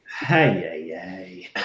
Hey